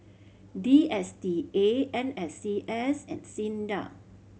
D S T A N S C S and SINDA